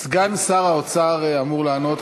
סגן שר האוצר אמור לענות,